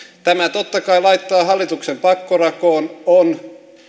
tämä totta kai laittaa hallituksen pakkorakoon on